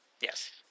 Yes